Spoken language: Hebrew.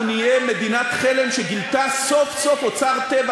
אנחנו נהיה מדינת חלם שגילתה סוף-סוף אוצר טבע